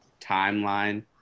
timeline